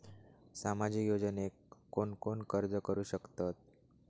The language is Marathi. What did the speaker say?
सामाजिक योजनेक कोण कोण अर्ज करू शकतत?